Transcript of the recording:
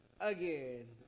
again